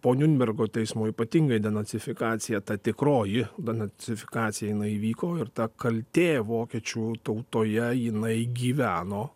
po niurnbergo teismo ypatingai denacifikacija ta tikroji denacifikacija jinai įvyko ir ta kaltė vokiečių tautoje jinai gyveno